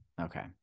okay